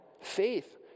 Faith